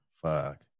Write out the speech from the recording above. Fuck